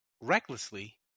recklessly